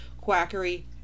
quackery